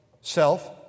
self